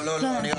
לא, לא.